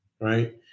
right